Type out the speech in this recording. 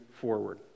forward